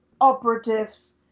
operatives